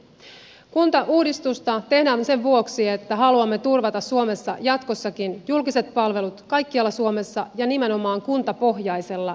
kuntauudistusta tehdään sen vuoksi että haluamme turvata suomessa jatkossakin julkiset palvelut kaikkialla suomessa ja nimenomaan kuntapohjaisella järjestelmällä